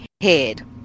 head